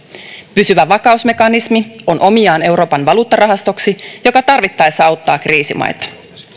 pysyvä vakausmekanismi on omiaan euroopan valuuttarahastoksi joka tarvittaessa auttaa kriisimaita